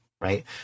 Right